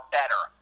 better